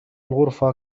الغرفة